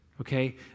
okay